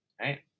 right